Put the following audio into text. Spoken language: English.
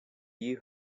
you